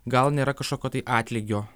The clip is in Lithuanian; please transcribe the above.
gal nėra kažkokio tai atlygio